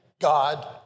God